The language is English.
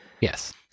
Yes